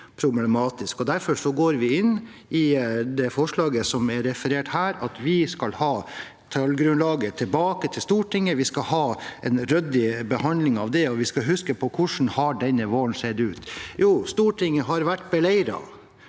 Derfor går vi inn for det forslaget som er referert her, om at vi skal ha tallgrunnlaget tilbake til Stortinget. Vi skal ha en ryddig behandling av det, og vi skal huske på hvordan denne våren har sett ut: Stortinget har vært beleiret